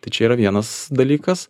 tai čia yra vienas dalykas